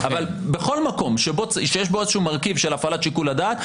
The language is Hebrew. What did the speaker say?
אבל בכל מקום שיש בו איזשהו מרכיב של הפעלת שיקול הדעת,